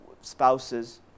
spouses